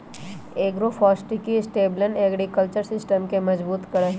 agroforestry sustainable agriculture system के मजबूत करा हई